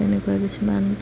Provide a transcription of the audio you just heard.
এনেকুৱা কিছুমান